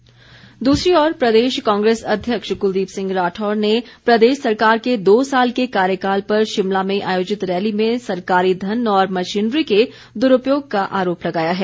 कांग्रेस दूसरी ओर प्रदेश कांग्रेस अध्यक्ष कुलदीप सिंह राठौर ने प्रदेश सरकार के दो साल के कार्यकाल पर शिमला में आयोजित रैली में सरकारी धन और मशीनरी के दुरूपयोग का आरोप लगाया है